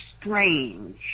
strange